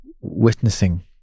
witnessing